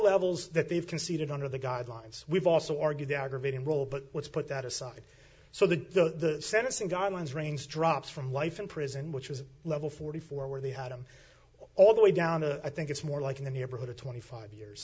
levels that they've conceded under the guidelines we've also argued the aggravating role but let's put that aside so the sentencing guidelines range drops from life in prison which was a level forty four dollars where they had them all the way down to think it's more like in the neighborhood of twenty five years